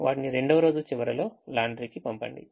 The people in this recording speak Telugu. వాటిని రెండవ రోజు చివరిలో లాండ్రీకి పంపండి